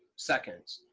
seconds.